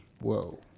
Whoa